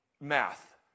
math